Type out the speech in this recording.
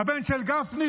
הבן של גפני?